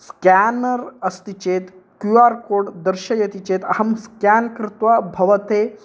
scanner अस्ति चेत् Q R code दर्शयति चेत् अहं स्केन् कृत्वा भवते